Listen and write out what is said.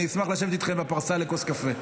אשמח לשבת איתכם בפרסה לכוס קפה.